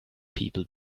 people